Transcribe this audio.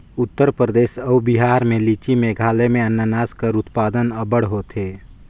उत्तर परदेस अउ बिहार में लीची, मेघालय में अनानास कर उत्पादन अब्बड़ होथे